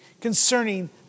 concerning